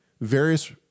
various